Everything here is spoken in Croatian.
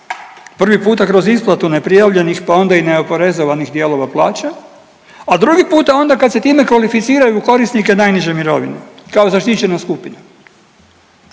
Prvi put kroz isplatu neprijavljenih pa onda i ne oporezovanih dijelova plaće, a drugi puta onda kada se time kvalificiraju u korisnike najniže mirovine kao zaštićena skupina.